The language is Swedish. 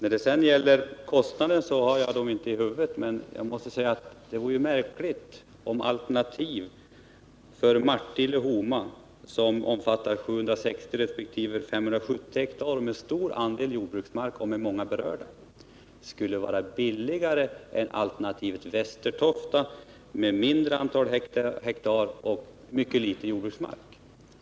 Vad gäller kostnaderna har jag inte siffrorna i huvudet nu, men det vore märkligt om alternativen Martille och Homa, som omfattar 760 resp. 570 hektar mark med en stor andel jordbruksmark och som berör många fler människor, skulle vara billigare än Västertoftaalternativet som har ett mindre antal hektar mark och en mycket liten andel jordbruksmark.